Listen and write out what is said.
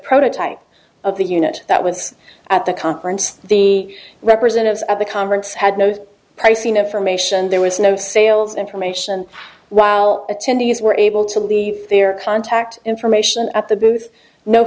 prototype of the unit that was at the conference the representatives of the conference had no pricing information there was no sales information while attendees were able to leave their contact information at the booth no